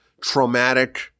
traumatic